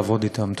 לעבוד אתם.